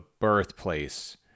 birthplace